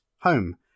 home